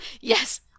Yes